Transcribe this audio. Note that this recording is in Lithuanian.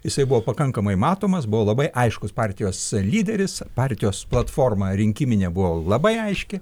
jisai buvo pakankamai matomas buvo labai aiškus partijos lyderis partijos platforma rinkiminė buvo labai aiški